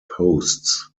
posts